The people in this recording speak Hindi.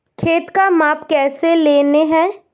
खेत का माप कैसे लेते हैं?